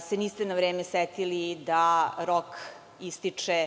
se niste na vreme setili da rok ističe